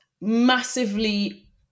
massively